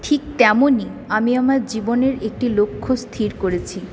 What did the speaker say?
ঠিক তেমনই আমি আমার জীবনের একটি লক্ষ্য স্থির করেছি